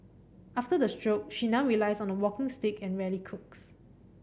after the stroke she now relies on a walking stick and rarely cooks